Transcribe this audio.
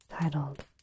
titled